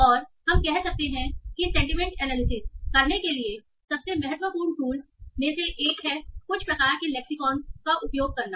और हम कह सकते हैं की सेंटीमेंट एनालिसिस करने के लिए सबसे महत्वपूर्ण टूल में से एक है कुछ प्रकार के लेक्सीकौन का उपयोग करना